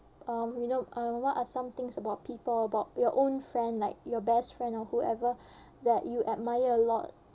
um you know uh what are some things about people about your own friend like your best friend or whoever that you admire a lot